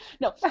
No